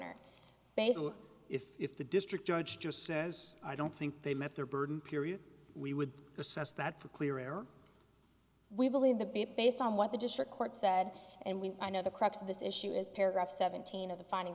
basically if the district judge just says i don't think they met their burden period we would assess that for clear air we believe the bit based on what the district court said and we i know the crux of this issue is paragraph seventeen of the finding